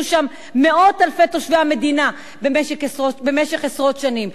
שם מאות אלפי תושבי המדינה במשך עשרות שנים.